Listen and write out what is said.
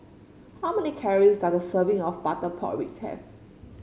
how many calories does a serving of Butter Pork Ribs have